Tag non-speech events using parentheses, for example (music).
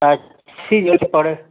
(unintelligible)